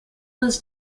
was